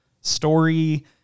story